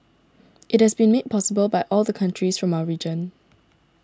it has been made possible by all the countries from our region